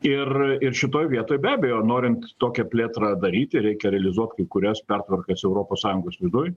ir ir šitoj vietoj be abejo norint tokią plėtrą daryti reikia realizuot kai kurias pertvarkas europos sąjungos viduj